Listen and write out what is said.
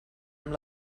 amb